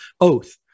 oath